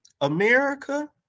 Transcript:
America